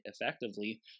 effectively